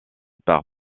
par